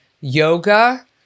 yoga